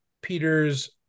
Peter's